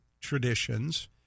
traditions